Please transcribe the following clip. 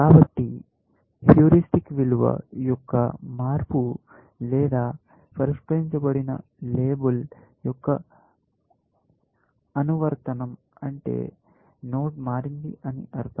కాబట్టి హ్యూరిస్టిక్ విలువ యొక్క మార్పు లేదా పరిష్కరించబడిన లేబుల్ యొక్క అనువర్తనం అంటే నోడ్ మారింది అని అర్థం